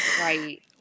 right